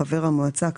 2017,